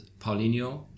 Paulinho